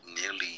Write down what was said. nearly